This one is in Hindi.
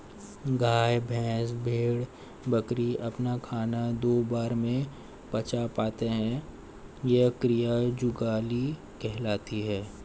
गाय, भैंस, भेड़, बकरी अपना खाना दो बार में पचा पाते हैं यह क्रिया जुगाली कहलाती है